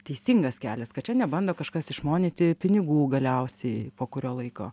teisingas kelias kad čia nebando kažkas išmonyti pinigų galiausiai po kurio laiko